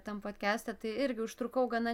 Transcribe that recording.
tam podkeste tai irgi užtrukau gana